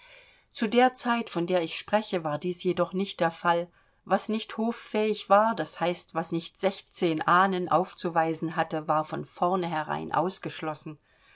zu der zeit von der ich spreche war dies jedoch nicht der fall was nicht hoffähig war das heißt was nicht sechzehn ahnen aufzuweisen hatte war von vornherein ausgeschlossen